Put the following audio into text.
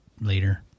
later